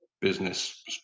business